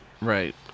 Right